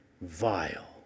vile